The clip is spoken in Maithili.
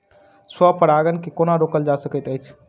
स्व परागण केँ कोना रोकल जा सकैत अछि?